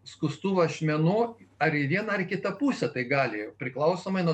skustuvo ašmenų ar į vieną ar kitą pusę tai gali priklausomai nuo